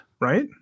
right